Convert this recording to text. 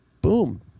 Boom